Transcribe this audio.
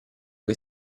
che